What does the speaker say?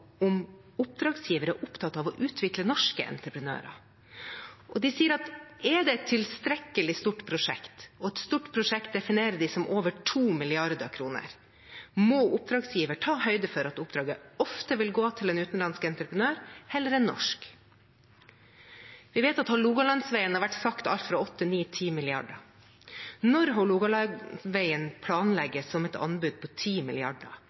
om oppdragsgiver er opptatt av å utvikle norske entreprenører, og de sier at er det et tilstrekkelig stort prosjekt – og et stort prosjekt definerer de som over 2 mrd. kr – må oppdragsgiver ta høyde for at oppdraget ofte vil gå til en utenlandsk entreprenør heller enn en norsk. Vi vet at når det gjelder Hålogalandsvegen, har det vært sagt alt fra 8 til 9 og 10 mrd. kr. Når